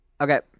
Okay